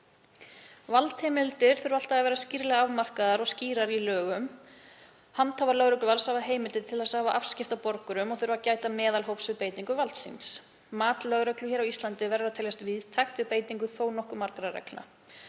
Valdheimildir þurfa alltaf að vera skýrlega afmarkaðar og skýrar í lögum. Handhafar lögregluvalds hafa heimildir til að hafa afskipti af borgurum og þurfa að gæta meðalhófs við beitingu valds síns. Mat lögreglu á Íslandi verður að teljast víðtækt við beitingu þó nokkuð margra reglna.